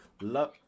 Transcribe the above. love